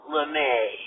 LeMay